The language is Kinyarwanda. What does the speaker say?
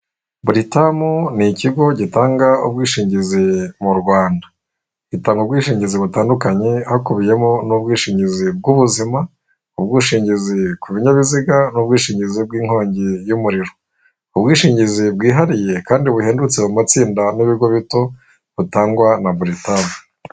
Buritamu ni ikigo gitanga ubwishingizi mu Rwanda, gitanga ubwishingizi butandukanye hakubiyemo n'ubwishingizi bw'ubuzima, ubwishingizi ku binyabiziga n'ubwishingizi bw'inkongi y'umuriro, ubwishingizi bwihariye kandi buhendutse mu matsinda n'ibigo bito butangwa na Buritamu.